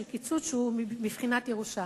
של קיצוץ שהוא בבחינת ירושה.